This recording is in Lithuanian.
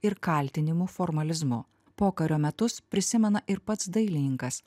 ir kaltinimų formalizmu pokario metus prisimena ir pats dailininkas